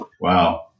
Wow